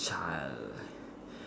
child